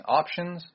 options